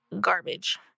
garbage